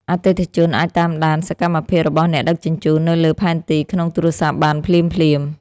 អតិថិជនអាចតាមដានសកម្មភាពរបស់អ្នកដឹកជញ្ជូននៅលើផែនទីក្នុងទូរសព្ទបានភ្លាមៗ។